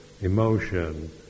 emotion